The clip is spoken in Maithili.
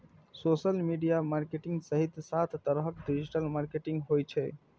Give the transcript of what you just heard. सोशल मीडिया मार्केटिंग सहित सात तरहक डिजिटल मार्केटिंग होइ छै